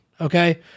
okay